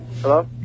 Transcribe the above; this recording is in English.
hello